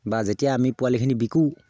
বা যেতিয়া আমি পোৱালিখিনি বিকোঁ